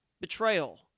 Betrayal